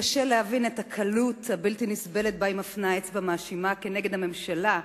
קשה להבין את הקלות הבלתי- נסבלת שבה היא מפנה אצבע מאשימה כנגד הממשלה,